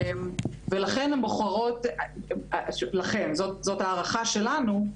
ולכן הן בוחרות, זאת ההערכה שלנו,